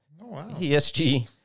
ESG